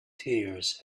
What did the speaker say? tears